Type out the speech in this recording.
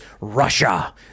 Russia